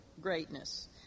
greatness